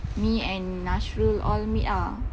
me and nashrul all meet ah